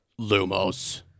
lumos